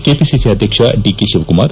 KPCC ಅಧ್ಯಕ್ಷ ದಿಶಿವಕುಮಾರ್